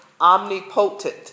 omnipotent